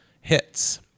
hits